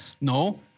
No